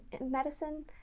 medicine